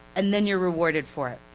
and then you're rewarded for it.